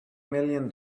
million